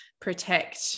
protect